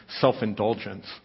self-indulgence